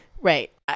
right